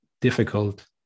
difficult